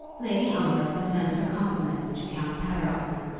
lady ongar presents her compliments to count pateroff,